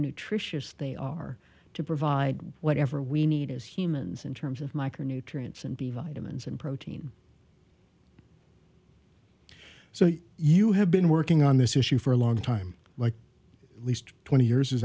nutritious they are to provide whatever we need as humans in terms of micronutrients and b vitamins and protein so you have been working on this issue for a long time like least twenty years is